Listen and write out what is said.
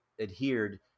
adhered